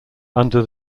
under